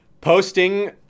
posting